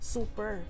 Super